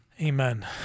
Amen